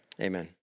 amen